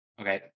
Okay